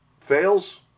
fails